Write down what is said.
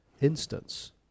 instance